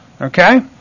Okay